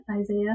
Isaiah